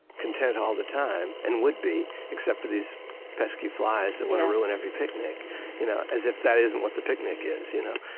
content all the time and would be except for these pesky flies that want to ruin every picnic you know as if that isn't what the picnic is, you know?